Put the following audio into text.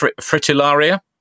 fritillaria